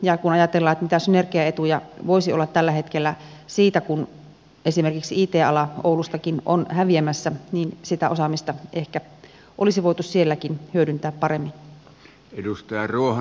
kun ajatellaan mitä synergiaetuja voisi olla tällä hetkellä siitä kun esimerkiksi it ala oulustakin on häviämässä niin sitä osaamista ehkä olisi voitu sielläkin hyödyntää paremmin